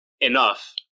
enough